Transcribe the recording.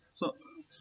so